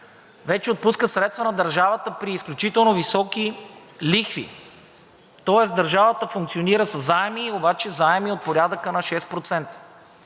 вече отпускат средства на държавата при изключително високи лихви, тоест държавата функционира със заеми, обаче заеми от порядъка на 6%.